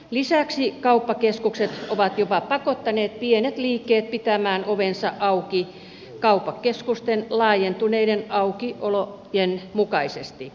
lisäksi kauppakeskukset ovat jopa pakottaneet pienet liikkeet pitämään ovensa auki kauppakeskusten laajentuneiden aukiolojen mukaisesti